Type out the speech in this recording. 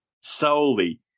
solely